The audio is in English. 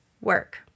work